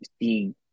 see